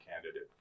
candidate